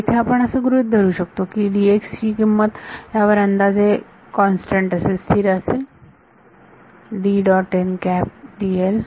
इथे आपण असे गृहीत धरू शकतो की ची किंमत ह्यावर अंदाजे स्थिर असेल